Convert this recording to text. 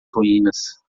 ruínas